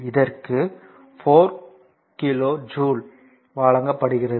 இதற்கு 4 kilo joule வழங்கப்படுகிறது